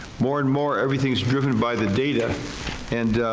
more and more everything is driven by the data and